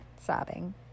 sobbing